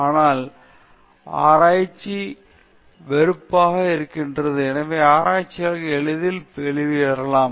காரணம் ஆராய்ச்சி வெறுப்பாக இருக்கிறது எனவே ஆராய்ச்சியாளர்கள் எளிதில் வெளியேறலாம்